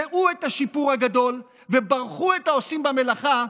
ראו את השיפור הגדול וברכו את העושים במלאכה,